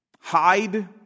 hide